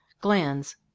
Glands